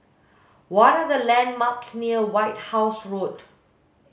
what are the landmarks near White House Road